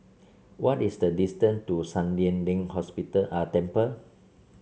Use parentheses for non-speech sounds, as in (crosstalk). what is the distance to San Lian Deng Hospital (unintelligible) Temple